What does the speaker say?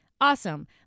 Awesome